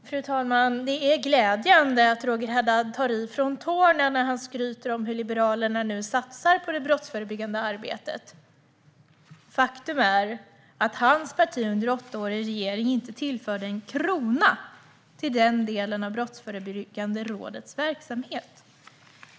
Fru talman! Det är glädjande att Roger Haddad tar i från tårna när han skryter om hur Liberalerna nu satsar på det brottsförebyggande arbetet. Faktum är att hans parti under åtta år i regeringen inte tillförde en krona till den delen av Brottsförebyggande rådets verksamhet.